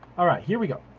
all right, here we go.